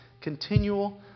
Continual